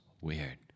Weird